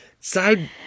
Side